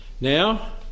now